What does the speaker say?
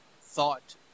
thought